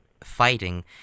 fighting